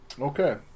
okay